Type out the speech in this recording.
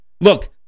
Look